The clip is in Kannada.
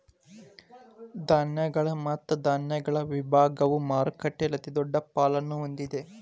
ಧಾನ್ಯಗಳು ಮತ್ತು ಧಾನ್ಯಗಳ ವಿಭಾಗವು ಮಾರುಕಟ್ಟೆಯಲ್ಲಿ ಅತಿದೊಡ್ಡ ಪಾಲನ್ನು ಹೊಂದಿದೆ